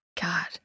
God